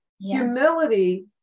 Humility